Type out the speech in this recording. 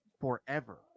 forever